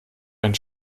einen